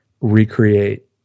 recreate